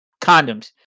condoms